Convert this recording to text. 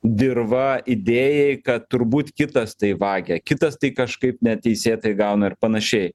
dirva idėjai kad turbūt kitas tai vagia kitas tai kažkaip neteisėtai gauna ir panašiai